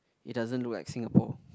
it doesn't look like Singapore